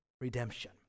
redemption